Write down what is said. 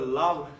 love